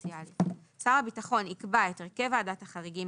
שר הביטחון יקבע את הרכב ועדת החריגים,